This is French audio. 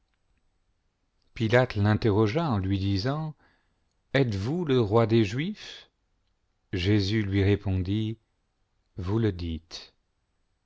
imterrogea en lui disant etes vous le roi des juifs jésus lui répondit vous le dites